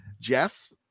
Jeff